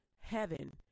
heaven